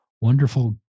wonderful